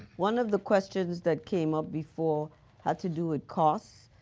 one of the questions that came up before had to do with costs.